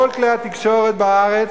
כל כלי התקשורת בארץ,